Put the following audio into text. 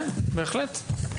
כן, בהחלט.